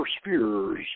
spheres